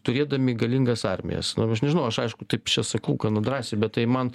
turėdami galingas armijas nu aš nežinau aš aišku taip čia sakau gana drąsiai bet tai man